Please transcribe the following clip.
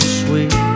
sweet